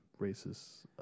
racist